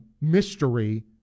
mystery